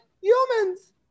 humans